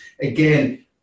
again